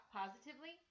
positively